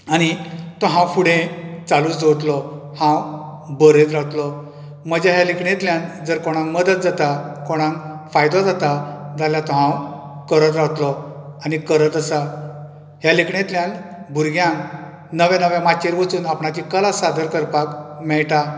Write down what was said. आनी तो हांव फुडें चालूच दवरतलों आनी हांव बरयत रावतलों म्हज्या ह्या लेखणेंतल्यान जर कोणाक मदत जाता कोणाक फायदो जाता जाल्यार तो हांव करत रावतलों आनी करत आसां हे लेखणेंतल्यान भुरग्यांक नवे नवे माचयेर वचून आपणाची कला सादर करपाक मेळटा